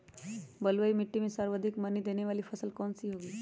बलुई मिट्टी में सर्वाधिक मनी देने वाली फसल कौन सी होंगी?